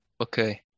Okay